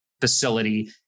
facility